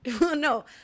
No